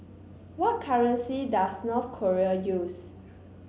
what currency does North Korea use